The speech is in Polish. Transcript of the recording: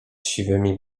siwymi